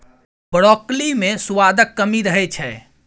broccoli मे सुआदक कमी रहै छै